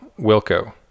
Wilco